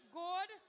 good